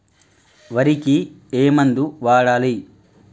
వరికి ఏ మందు వాడాలి?